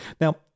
Now